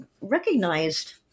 recognized